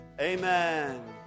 amen